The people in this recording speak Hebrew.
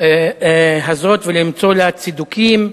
הזאת ולמצוא לה צידוקים,